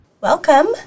Welcome